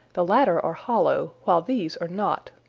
the latter are hollow, while these are not.